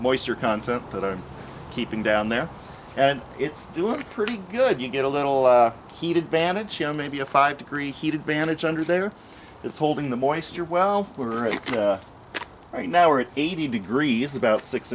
moisture content that i'm keeping down there and it's doing pretty good you get a little heated damage maybe a five degree heat advantage under there that's holding the moisture well we're right right now we're at eighty degrees about six